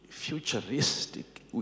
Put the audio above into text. futuristic